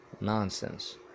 nonsense